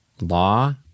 law